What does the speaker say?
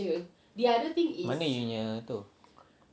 mana you punya tu